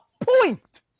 point